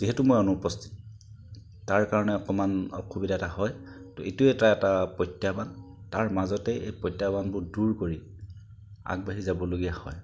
যিহেতু মই অনুপস্থিত তাৰ কাৰণে অকণমান অসুবিধা এটা হয় তো এইটো এটা এটা প্ৰত্যাহ্বান তাৰ মাজতে এই প্ৰত্যাহ্বানবোৰ দূৰ কৰি আগবাঢ়ি যাবলগীয়া হয়